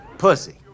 pussy